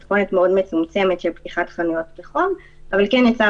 מתכונת מאוד מצומצמת של פתיחת חנויות רחוב אבל כן נעשתה